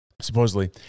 supposedly